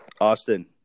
Austin